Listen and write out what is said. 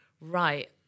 right